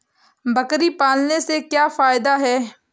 बकरी पालने से क्या फायदा है?